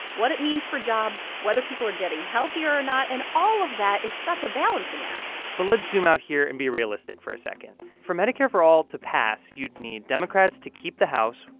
what it means for jobs, whether people are getting healthier or not. and all of that is such a balancing act but let's zoom out here and be realistic for a second. for medicare for all to pass, you'd need democrats to keep the house,